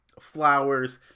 flowers